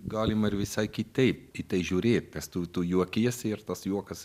galima ir visai kitaip į tai žiūrėtines tu tu juokiesi ir tas juokas